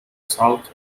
south